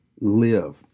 live